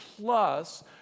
plus